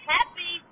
Happy